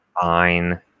Fine